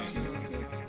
Jesus